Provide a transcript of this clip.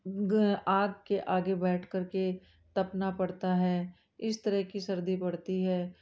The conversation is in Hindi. ग आग के आगे बैठ कर के तपना पड़ता है इस तरीके की सर्दी पड़ती है